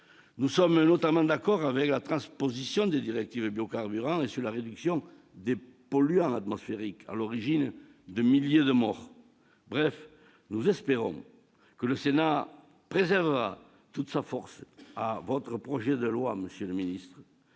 Nous approuvons notamment la transposition des directives sur les biocarburants et sur la réduction des polluants atmosphériques, à l'origine de milliers de morts. Nous espérons que le Sénat préservera toute sa force à votre projet de loi, monsieur le ministre